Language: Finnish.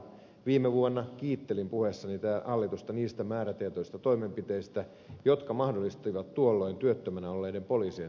viime vuonna kiittelin puheessani hallitusta niistä määrätietoisista toimenpiteistä jotka mahdollistivat tuolloin työttömänä olleiden poliisien työllistämisen